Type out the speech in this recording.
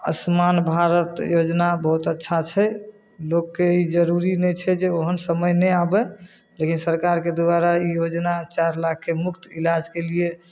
आयुष्मान भारत योजना बहुत अच्छा छै लोकके ई जरूरी नहि छै जे ओहन समय नहि आबै लेकिन सरकारके द्वारा ई योजना चारि लाखके मुफ्त इलाजके लिए